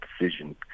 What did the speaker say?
decision